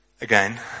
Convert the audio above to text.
again